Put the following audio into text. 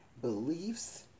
beliefs